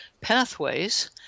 pathways